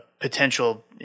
potential